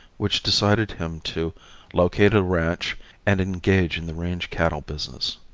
which decided him to locate a ranch and engage in the range cattle business.